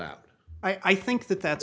out i think that that